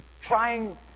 trying